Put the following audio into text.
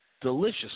Delicious